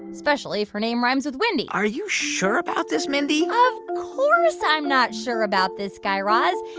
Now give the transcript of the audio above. especially if her name rhymes with windy are you sure about this, mindy? of course i'm not sure about this, guy raz.